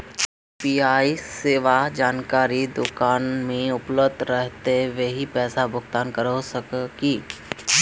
UPI सेवाएं जेकरा दुकान में उपलब्ध रहते वही पैसा भुगतान कर सके है की?